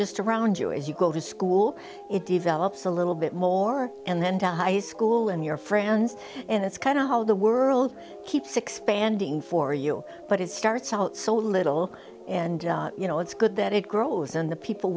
just around you as you go to school it develops a little bit more and then to high school and your friends and that's kind of how the world keeps expanding for you but it starts out so little and you know it's good that it grows on the people